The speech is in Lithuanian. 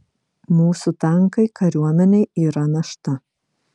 mūsų tankai kariuomenei yra našta